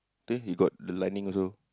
then he got the lightning also